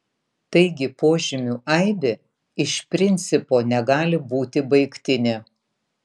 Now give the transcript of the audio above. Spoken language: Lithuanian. taigi požymių aibė iš principo negali būti baigtinė